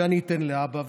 שאני אתן לאבא,